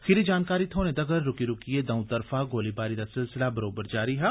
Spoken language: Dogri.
खीरी जानकारी थ्होने तगर रुकी रुकियै दंऊ तरफा गोलीबारी दा सिलसिला अजें जारी हा